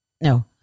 No